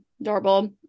adorable